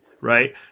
right